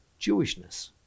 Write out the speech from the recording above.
Jewishness